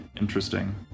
interesting